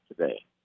today